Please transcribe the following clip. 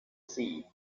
sea